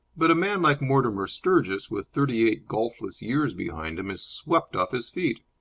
but a man like mortimer sturgis, with thirty-eight golfless years behind him, is swept off his feet.